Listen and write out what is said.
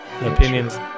Opinions